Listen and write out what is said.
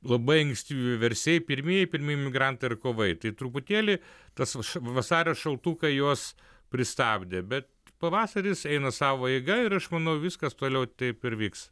labai anksti vieversiai pirmieji pirmi migrantai ir kovai tai truputėlį tas vasario šaltukai juos pristabdė bet pavasaris eina savo eiga ir aš manau viskas toliau taip ir vyks